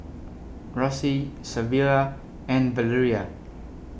Rosey Savilla and Valeria